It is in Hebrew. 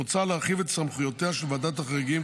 מוצע להרחיב את סמכויותיה של ועדת החריגים,